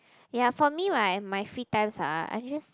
ya for me right my free times are are just